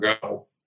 go